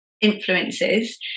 influences